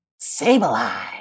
Sableye